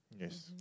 Yes